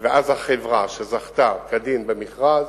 ואז, החברה שזכתה כדין במכרז,